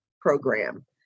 program